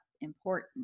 important